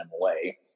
away